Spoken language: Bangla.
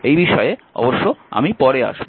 এই বিষয়ে আমি পরে আসব